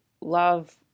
love